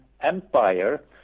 empire